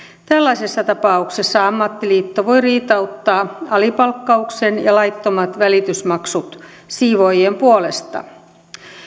tällaisessa tapauksessa ammattiliitto voi riitauttaa alipalkkauksen ja laittomat välitysmaksut siivoojien puolesta